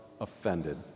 offended